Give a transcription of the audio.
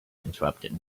interrupted